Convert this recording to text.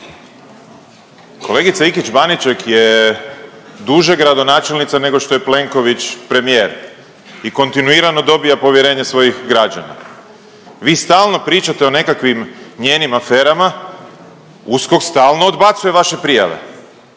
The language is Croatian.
Kolegica Ikić Baniček je duže gradonačelnica nego što je Plenković premijer i kontinuirano dobija povjerenje svojih građana. Vi stalno pričate o nekakvim njenim aferama, USKOK stalno odbacuje vaše prijave,